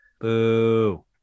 Boo